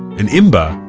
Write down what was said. and imber,